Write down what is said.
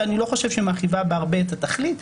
שאני לא חושב שהיא מרחיבה בהרבה את התכלית.